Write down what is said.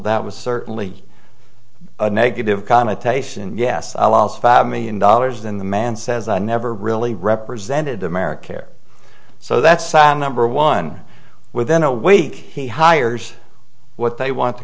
that was certainly a negative connotation and yes i lost five million dollars in the man says i never really represented america air so that's sad number one within a week he hires what they want to